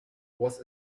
was